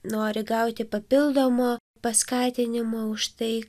nori gauti papildomo paskatinimo už tai